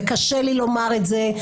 וקשה לי לומר את זה,